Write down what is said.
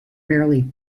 fairly